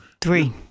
Three